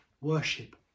worship